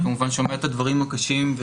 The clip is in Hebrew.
אני כמובן שומע את הדברים הקשים.